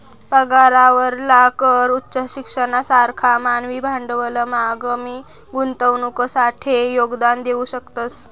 पगारावरला कर उच्च शिक्षणना सारखा मानवी भांडवलमा कमी गुंतवणुकसाठे योगदान देऊ शकतस